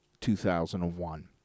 2001